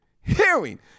hearing